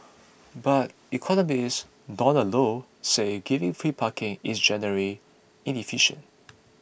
but economist Donald Low say giving free parking is generally inefficient